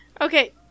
Okay